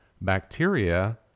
bacteria